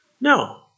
No